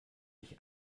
dich